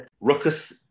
Ruckus